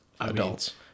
Adults